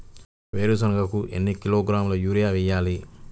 వేరుశనగకు ఎన్ని కిలోగ్రాముల యూరియా వేయాలి?